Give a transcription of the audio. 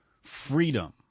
freedom